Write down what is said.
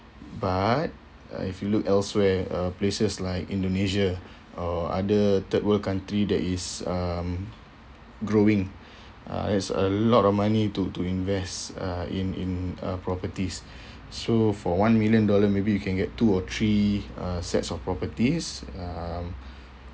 but uh if you look elsewhere uh places like indonesia or other third world country that is um growing uh that's a lot of money to to invest uh in in uh properties so for one million dollar maybe you can get two uh three sets of properties um